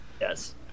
Yes